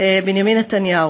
בנימין נתניהו,